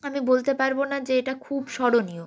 আমি বলতে পারব না যে এটা খুব স্মরণীয়